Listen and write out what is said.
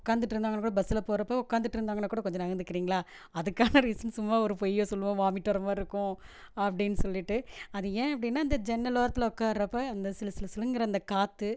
உட்காந்துட்டு இருந்தாங்கன்னால் கூட பஸ்சில் போகிறப்போ உட்காந்துட்டு இருந்தாங்கன்னால் கூட கொஞ்சம் நகர்ந்துக்குறீங்களா அதுக்கான ரீசன் சும்மா ஒரு பொய்யை சொல்லுவோம் வாமிட் வரமாதிரி இருக்கும் அப்படின்னு சொல்லிட்டு அது ஏன் அப்படின்னா அந்த ஜன்னல் ஓரத்தில் உட்கார்றப்ப அந்த சிலு சிலு சிலுங்கிற அந்த காற்று